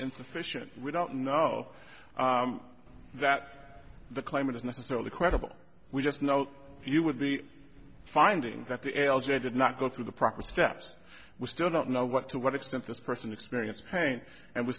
insufficient we don't know that the climate is necessarily credible we just know you would be finding that the l j did not go through the proper steps we still don't know what to what extent this person experienced pain and we